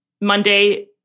Monday